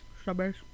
Strawberries